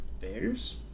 Bears